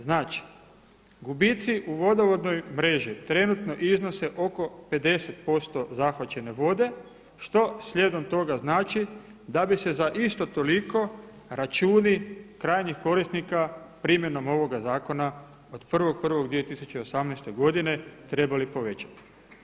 Znači gubici u vodovodnoj mreži trenutno iznose oko 50% zahvaćene vode što slijedom toga znači da bi se za isto toliko računi krajnjih korisnika primjenom ovoga zakona od 1.1.2018. godine trebali povećati.